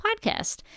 podcast